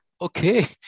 okay